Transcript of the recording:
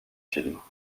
films